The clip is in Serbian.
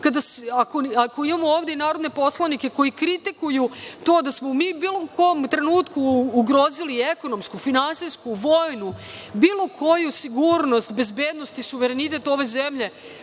ako imamo ovde i narodne poslanike koji kritikuju to da smo mi bilo kom trenutku ugrozili ekonomsku, finansijsku, vojnu, bilo koju sigurnost, bezbednost i suverenitet ove zemlje,